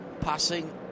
passing